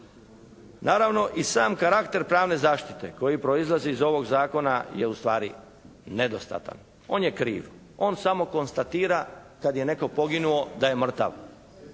Naravno i sam karakter pravne zaštite koji proizlazi iz ovog zakona je ustvari nedostatan, on je kriv, on samo konstatira kad je netko poginuo da je mrtav.